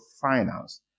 finance